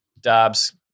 Dobbs